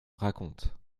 raconte